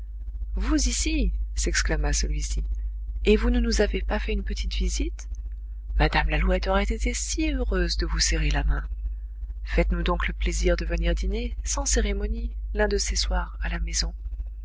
vous ici s'exclama celui-ci et vous ne nous avez pas fait une petite visite mme lalouette aurait été si heureuse de vous serrer la main faites-nous donc le plaisir de venir dîner sans cérémonie l'un de ces soirs à la maison